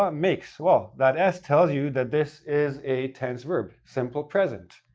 ah makes. well, that s tells you that this is a tense verb. simple present.